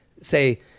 say